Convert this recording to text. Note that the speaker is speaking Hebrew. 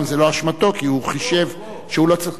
גם זו לא אשמתו, כי חישב שהוא לא צריך,